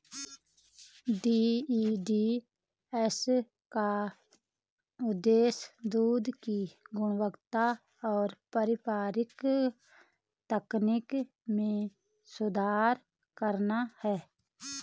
DEDS का उद्देश्य दूध की गुणवत्ता और पारंपरिक तकनीक में सुधार करना है